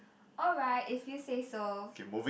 alright if you say so